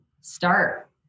start